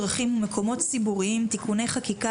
דרכים ומקומות ציבוריים (תיקוני חקיקה),